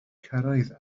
cyrraedd